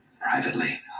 Privately